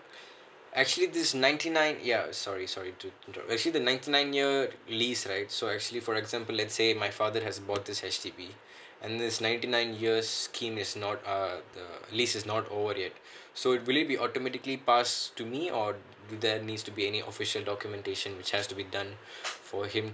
actually this ninety nine ya sorry sorry to interrupt actually the ninety nine year uh lease right so actually for example let's say my father has bought this H_D_B and it's ninety nine years scheme is not uh lease is not over yet so will it automatically pass to me or do there needs to be any official documentation which has to be done for him